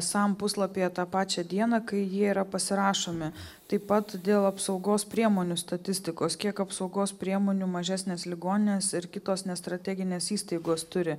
sam puslapyje tą pačią dieną kai jie yra pasirašomi taip pat dėl apsaugos priemonių statistikos kiek apsaugos priemonių mažesnės ligoninės ir kitos nestrateginės įstaigos turi